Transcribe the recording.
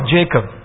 Jacob